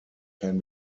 can